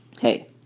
Hey